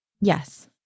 yes